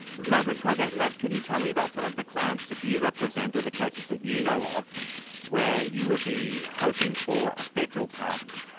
margaret colgate love, can you tell me about some of the clients that you you represent, or the cases that you know of where you would be hoping for a federal pardon.